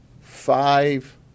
five